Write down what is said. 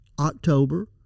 October